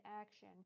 action